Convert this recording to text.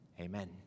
Amen